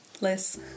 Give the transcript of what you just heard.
Liz